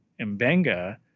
Mbenga